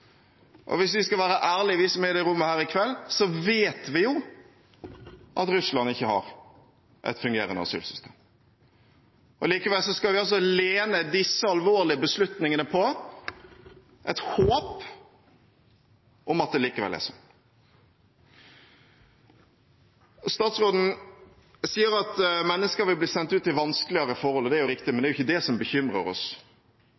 Og hvis vi skal være ærlige, vi som er i dette rommet i kveld, vet vi at Russland ikke har et fungerende asylsystem. Likevel skal vi altså lene disse alvorlige beslutningene på et håp om at det likevel er sånn. Statsråden sier at mennesker vil bli sendt ut til vanskeligere forhold. Det er riktig, men det er ikke det som bekymrer oss.